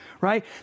right